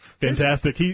Fantastic